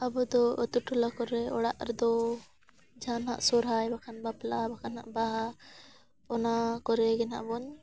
ᱟᱵᱚ ᱫᱚ ᱟᱛᱳ ᱴᱚᱞᱟ ᱠᱚᱨᱮ ᱚᱲᱟᱜ ᱨᱮᱫᱚ ᱡᱟᱦᱟ ᱱᱟᱜ ᱥᱚᱦᱨᱟᱭ ᱵᱟᱠᱷᱟᱱ ᱵᱟᱯᱞᱟ ᱵᱟᱠᱷᱟᱱ ᱱᱟᱦᱟᱜ ᱵᱟᱦᱟ ᱚᱱᱟ ᱠᱚᱨᱮ ᱜᱮ ᱱᱟᱦᱟᱜ ᱵᱚᱱ